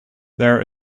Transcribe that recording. there